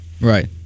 Right